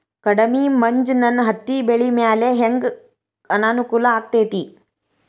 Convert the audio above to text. ಕಡಮಿ ಮಂಜ್ ನನ್ ಹತ್ತಿಬೆಳಿ ಮ್ಯಾಲೆ ಹೆಂಗ್ ಅನಾನುಕೂಲ ಆಗ್ತೆತಿ?